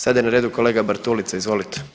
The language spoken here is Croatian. Sada je na redu kolega Bartulica, izvolite.